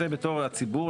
בתור הציבור,